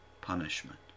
punishment